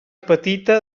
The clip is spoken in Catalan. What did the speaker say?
petita